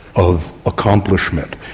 of accomplishment,